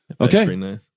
Okay